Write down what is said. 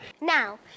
Now